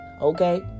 Okay